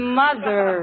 mother